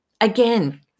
again